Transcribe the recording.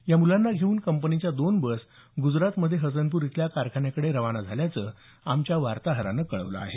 या मूलांना घेऊन कंपनीच्या दोन बस गुजरातमध्ये हसनपूर इथल्या कारखान्याकडे खाना झाल्याचं आमच्या वार्ताहरानं कळवलं आहे